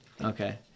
Okay